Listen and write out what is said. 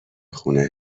خونه